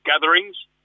gatherings